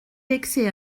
vexé